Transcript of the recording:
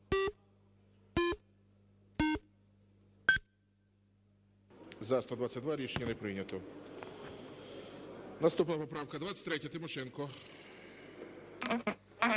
За-122 Рішення не прийнято. Наступна поправка 23-я, Тимошенко.